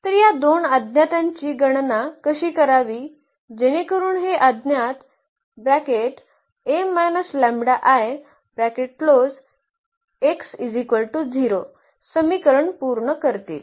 तर या दोन अज्ञातांची गणना कशी करावी जेणेकरुन हे अज्ञात समीकरण पूर्ण करतील